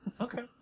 Okay